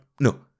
no